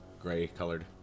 gray-colored